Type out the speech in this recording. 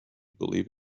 believe